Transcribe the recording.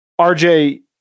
RJ